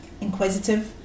inquisitive